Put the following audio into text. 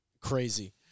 Crazy